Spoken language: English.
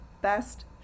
best